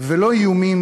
ולא איומים,